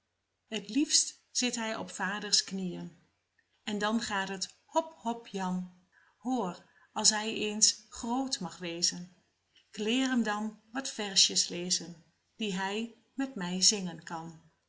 t liefst zit hij op vaders knieën en dan gaat het hop hop jan hoor als hij eens groot mag wezen k leer hem dan wat versjes lezen die hij met mij zingen kan